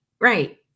right